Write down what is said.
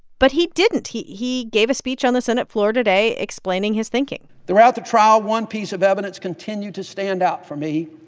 but he didn't. he he gave a speech on the senate floor today explaining his thinking throughout the trial, one piece of evidence continued to stand out for me.